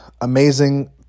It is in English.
amazing